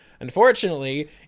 Unfortunately